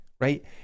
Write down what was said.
right